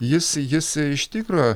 jis jis iš tikro